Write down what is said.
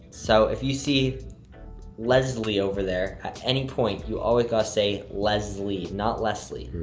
so if you see lez-lee over there, at any point, you always gotta say lez-lee, not leslie,